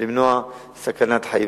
וימנע סכנת חיים.